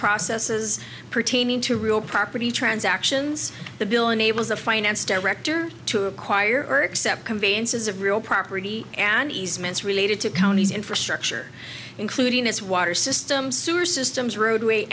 processes pertaining to real property transactions the bill enables the finance director to acquire except conveniences of real property and easements related to counties infrastructure including this water system sewer systems roadway